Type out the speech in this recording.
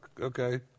Okay